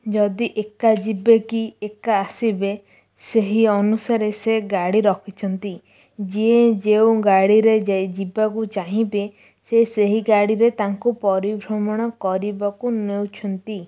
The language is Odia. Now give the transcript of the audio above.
ନ ଯଦି ଏକା ଯିବେ କି ଏକା ଆସିବେ ସେହି ଅନୁସାରେ ସେ ଗାଡ଼ି ରଖିଛନ୍ତି ଯିଏ ଯେଉଁ ଗାଡ଼ିରେ ଯିବାକୁ ଚାହିଁବେ ସେ ସେହି ଗାଡ଼ିରେ ତାଙ୍କୁ ପରିଭ୍ରମଣ କରିବାକୁ ନେଉଛନ୍ତି